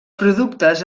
productes